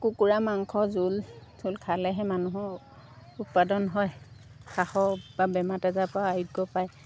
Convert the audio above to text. কুকুৰা মাংস জোল জোল খালেহে মানুহৰ উৎপাদন হয় শাসৰ বা বেমাৰ আজাৰ পৰা আৰোগ্য পায়